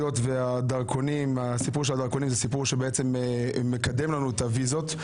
היות שהסיפור של הדרכונים זה סיפור שבעצם מקדם לנו את הוויזות.